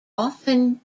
often